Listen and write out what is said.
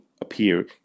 appear